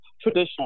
traditional